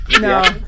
No